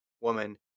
woman